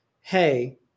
hey